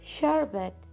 Sherbet